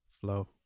Flow